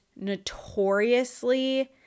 notoriously